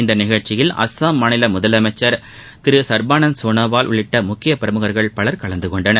இந்நிகழ்ச்சியில் அசாம் மாநில முதலமைச்சர் திரு சர்பானந்த சோனோவால் உள்ளிட்ட உயரதிகாரிகள் பலர் கலந்து கொண்டனர்